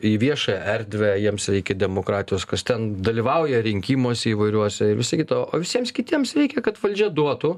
į viešą erdvę jiems reikia demokratijos kas ten dalyvauja rinkimuose įvairiuose ir visa kita o visiems kitiems reikia kad valdžia duotų